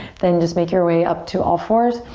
then just make your way up to all fours.